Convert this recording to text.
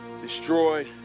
destroyed